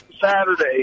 Saturday